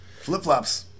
Flip-flops